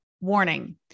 Warning